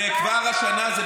אפס.